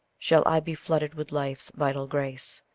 shall i be flooded with life's vital grace.